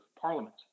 Parliament